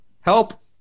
help